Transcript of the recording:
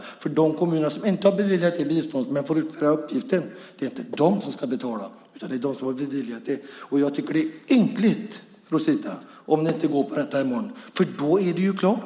Det är de kommuner som inte har beviljat biståndet men får utföra uppgiften som ska betala. Jag tycker att det är ynkligt, Rosita, om ni inte går på detta i morgon, för då är det ju klart.